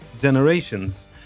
generations